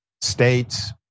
states